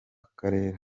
karere